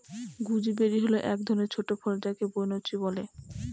gooseberry হল এক ধরনের ছোট ফল যাকে বৈনচি বলে